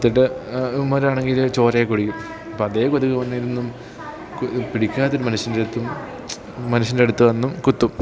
കുത്തിട്ട് ഇവന്മരാണെങ്കിൽ ചോരയും കുടിക്കും അപ്പം അതേ കൊതുക് വന്നിരുന്നും പിടിക്കാതിരുന്നു മനുഷ്യൻ്റെയടുത്തും മനുഷ്യൻ്റെ അടുത്തു വന്നും കുത്തും